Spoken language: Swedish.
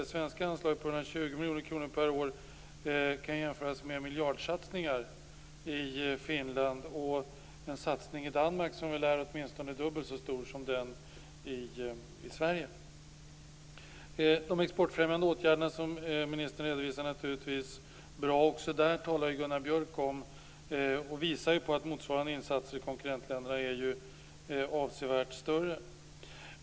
Det svenska anslaget på 120 miljoner kronor per år kan jämföras med miljardsatsningar i Finland och med en satsning i Danmark, som väl åtminstone är dubbelt så stor som den i Sverige. De exportfrämjande åtgärderna som ministern redovisade är naturligtvis bra. Gunnar Björk visar på att motsvarande insatser i konkurrentländerna är avsevärt större.